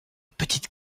petite